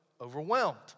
overwhelmed